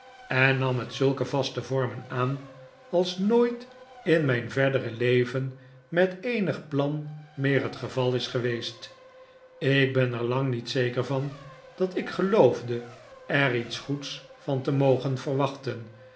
en nam het zulke vaste vormen aan als nooit in mijn verdere leven met eenig plan meer het geval is geweest ik ben er lang niet zeker van dat ik geloofde er iets goeds van te mogen verwachten